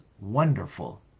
wonderful